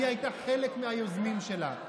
היא הייתה מהיוזמים שלה,